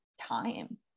time